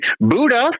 Buddha